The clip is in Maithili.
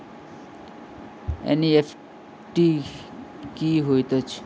एन.ई.एफ.टी की होइत अछि?